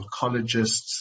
oncologists